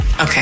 Okay